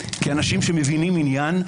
כאנשים שמבינים עניין,